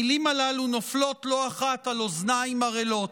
המילים הללו נופלות לא אחת על אוזניים ערלות.